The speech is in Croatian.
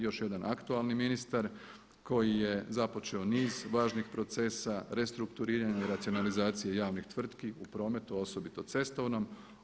Još jedan aktualni ministar koji je započeo niz važnih procesa restrukturiranja i racionalizacije javnih tvrtki u prometu a osobito cestovnom.